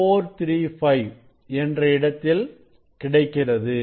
435 என்ற இடத்தில் கிடைக்கிறது